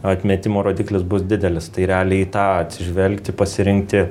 atmetimo rodiklis bus didelis tai realiai į tą atsižvelgti pasirinkti